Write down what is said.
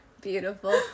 Beautiful